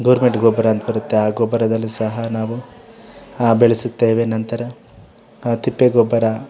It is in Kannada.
ಗೌರ್ಮೆಂಟ್ ಗೊಬ್ಬರ ಅಂತ ಬರುತ್ತೆ ಆ ಗೊಬ್ಬರದಲ್ಲಿ ಸಹ ನಾವು ಆ ಬೆಳೆಸುತ್ತೇವೆ ನಂತರ ಆ ತಿಪ್ಪೆ ಗೊಬ್ಬರ